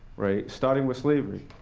starting with slavery.